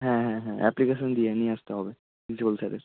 হ্যাঁ হ্যাঁ হ্যাঁ অ্যাপ্লিকেশন গিয়ে নিয়ে আসতে হবে প্রিন্সিপ্যাল স্যারের